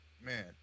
man